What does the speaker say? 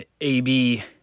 AB